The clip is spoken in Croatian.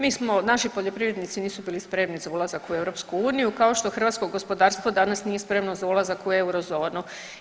Mi smo, naši poljoprivrednici nisu bili spremni za ulazak u EU kao što hrvatsko gospodarstvo danas nije spremno za ulazak u eurozonu.